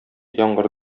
яңгыр